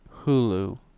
Hulu